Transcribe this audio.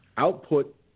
Output